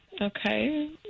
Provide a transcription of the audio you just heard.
Okay